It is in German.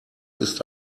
ist